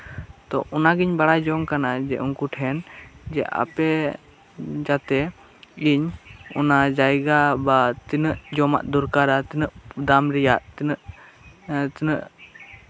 ᱛᱚ ᱚᱱᱟ ᱜᱤᱧ ᱵᱟᱲᱟᱭ ᱡᱚᱝ ᱠᱟᱱᱟ ᱩᱱᱠᱩ ᱴᱷᱮᱱ ᱡᱮ ᱟᱯᱮ ᱡᱟᱛᱮ ᱤᱧ ᱚᱱᱟ ᱡᱟᱭᱜᱟ ᱵᱟ ᱛᱤᱱᱟᱹᱜ ᱡᱚᱢᱟᱜ ᱫᱚᱨᱠᱟᱨᱚᱜᱼᱟ ᱛᱤᱱᱟᱹᱜ ᱫᱟᱢ ᱨᱮᱭᱟᱜ ᱛᱤᱱᱟᱹᱜ